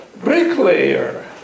bricklayer